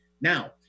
Now